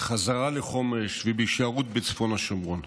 בחזרה לחומש ובהישארות בצפון השומרון.